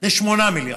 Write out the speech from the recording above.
ל-8 מיליארד.